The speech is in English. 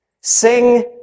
Sing